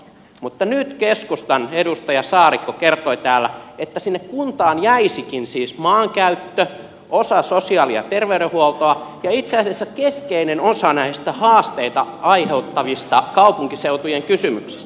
mutta nyt keskustan edustaja saarikko kertoi täällä että sinne kuntaan jäisikin siis maankäyttö osa sosiaali ja terveydenhuoltoa ja itse asiassa keskeinen osa näistä haasteita aiheuttavista kaupunkiseutujen kysymyksistä